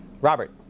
Robert